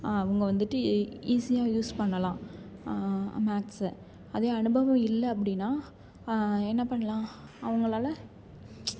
அவங்க வந்துட்டு ஈஸியாக யூஸ் பண்ணலாம் மேக்ஸை அதே அனுபவம் இல்லை அப்படினா என்ன பண்ணலாம் அவங்களால